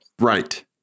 Right